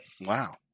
Wow